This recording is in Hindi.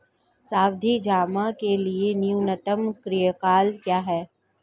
सावधि जमा के लिए न्यूनतम कार्यकाल क्या है?